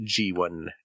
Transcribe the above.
G1